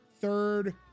third